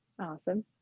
Awesome